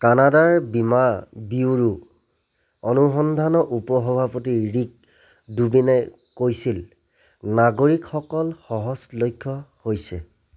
কানাডাৰ বীমা ব্যুৰোৰ অনুসন্ধানৰ উপ সভাপতি ৰিক ডুবিনে কৈছিল নাগৰিকসকল সহজ লক্ষ্য হৈছে